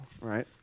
right